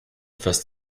first